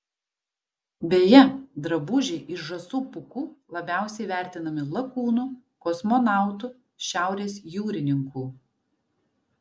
beje drabužiai iš žąsų pūkų labiausiai vertinami lakūnų kosmonautų šiaurės jūrininkų